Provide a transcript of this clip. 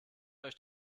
euch